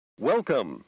Welcome